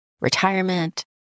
retirement